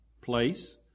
place